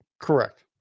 Correct